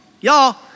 y'all